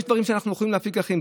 יש דברים שאנחנו יכולים להפיק לקחים,